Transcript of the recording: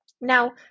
Now